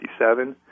1957